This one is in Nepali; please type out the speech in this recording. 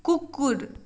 कुकुर